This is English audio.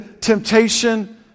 temptation